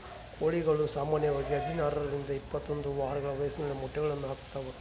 ಕೋಳಿಗಳು ಸಾಮಾನ್ಯವಾಗಿ ಹದಿನಾರರಿಂದ ಇಪ್ಪತ್ತೊಂದು ವಾರಗಳ ವಯಸ್ಸಿನಲ್ಲಿ ಮೊಟ್ಟೆಗಳನ್ನು ಹಾಕ್ತಾವ